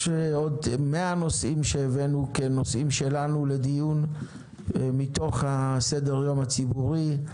יש עוד 100 נושאים שהבאנו כנושאים שלנו לדיון מתוך סדר-היום הציבורי.